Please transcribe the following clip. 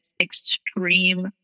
extreme